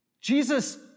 Jesus